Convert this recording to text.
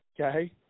Okay